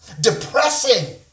depressing